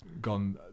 gone